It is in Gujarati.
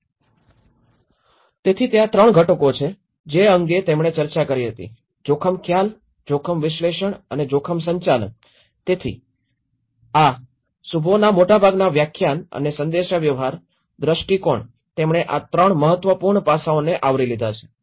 તેથી પછી ત્યાં 3 ઘટકો છે જે અંગે તેમણે ચર્ચા કરી હતી જોખમ ખ્યાલ જોખમ વિશ્લેષણ અને જોખમ સંચાલન તેથી આ શુભોસના મોટાભાગના વ્યાખ્યાન અને સંદેશાવ્યવહાર દ્રષ્ટિકોણ તેમણે આ 3 મહત્વપૂર્ણ પાસાઓને આવરી લીધા છે